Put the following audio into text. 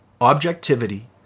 objectivity